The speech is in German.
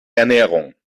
ernährung